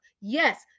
Yes